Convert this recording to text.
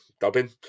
dubbing